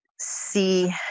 see